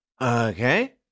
okay